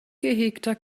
gehegter